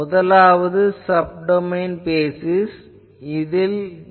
முதலாவது subdomain basis இது என்ன